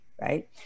right